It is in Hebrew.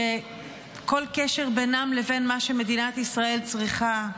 שכל קשר בינם לבין מה שמדינת ישראל צריכה,